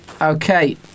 okay